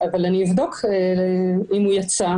אבדוק אם הוא יצא,